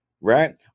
right